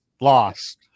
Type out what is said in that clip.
lost